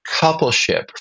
coupleship